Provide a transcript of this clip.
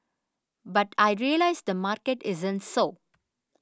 but I realised the market isn't so